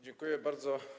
Dziękuję bardzo.